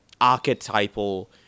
archetypal